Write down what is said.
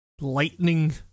lightning